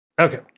Okay